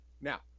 Now